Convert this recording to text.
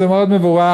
וזה מאוד מבורך,